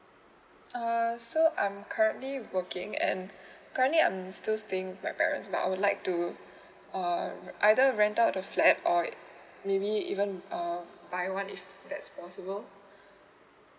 err so um currently working at like currently I'm still staying with my parents but I would like to mm um either rent out of like or like maybe even um um taiwan if that's possible